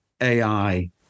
AI